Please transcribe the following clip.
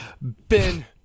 Ben